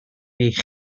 eich